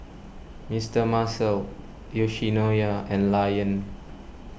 Mister Muscle Yoshinoya and Lion